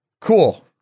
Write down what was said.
Cool